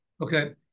Okay